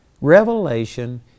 revelation